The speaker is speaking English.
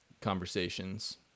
conversations